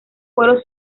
vuelos